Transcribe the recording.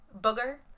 booger